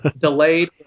delayed